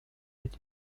est